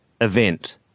Event